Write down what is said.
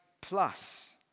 plus